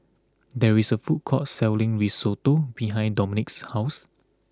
there is a food court selling Risotto behind Dominic's house